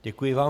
Děkuji vám.